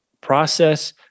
process